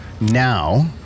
now